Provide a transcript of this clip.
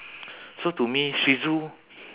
so to me shih tzu